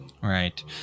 Right